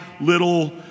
little